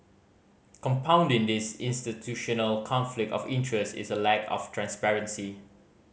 compounding this institutional conflict of interest is a lack of transparency